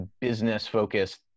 business-focused